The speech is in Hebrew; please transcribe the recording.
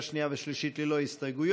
שנייה ולקריאה שלישית ללא הסתייגויות,